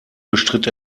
bestritt